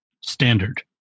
standard